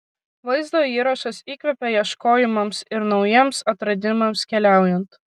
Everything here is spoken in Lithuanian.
vaizdo įrašas įkvepia ieškojimams ir naujiems atradimams keliaujant